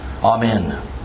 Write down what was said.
Amen